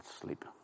sleep